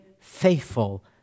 faithful